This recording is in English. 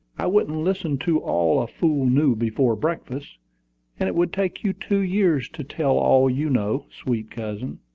i wouldn't listen to all a fool knew before breakfast and it would take you two years to tell all you know, sweet cousin.